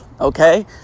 okay